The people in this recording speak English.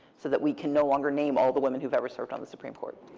so that we can no longer name all the women who've ever served on the supreme court.